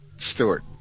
Stewart